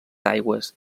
aigües